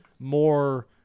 More